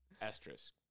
Asterisk